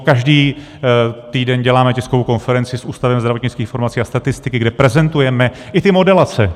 Každý týden děláme tiskovou konferenci s Ústavem zdravotnických informací a statistiky, kde prezentujeme i ty modelace.